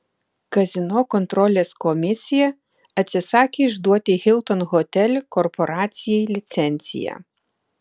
kazino kontrolės komisija atsisakė išduoti hilton hotel korporacijai licenciją